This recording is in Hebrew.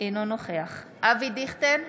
אינו נוכח אבי דיכטר,